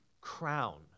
crown